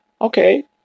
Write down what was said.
Okay